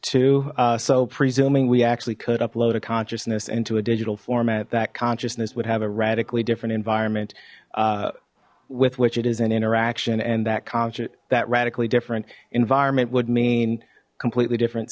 that so presuming we actually could upload a consciousness into a digital format that consciousness would have a radically different environment with which it is an interaction and that conscious that radically different environment would mean completely different